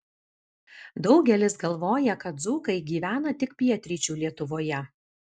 daugelis galvoja kad dzūkai gyvena tik pietryčių lietuvoje